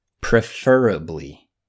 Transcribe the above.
preferably